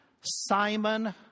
Simon